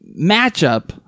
matchup